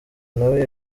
nawe